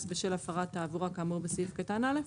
בשל הפרת תעבורה כאמור בסעיף קטן (א),